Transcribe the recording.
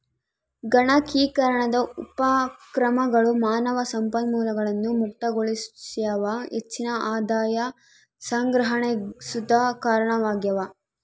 ಗಣಕೀಕರಣದ ಉಪಕ್ರಮಗಳು ಮಾನವ ಸಂಪನ್ಮೂಲಗಳನ್ನು ಮುಕ್ತಗೊಳಿಸ್ಯಾವ ಹೆಚ್ಚಿನ ಆದಾಯ ಸಂಗ್ರಹಣೆಗ್ ಸುತ ಕಾರಣವಾಗ್ಯವ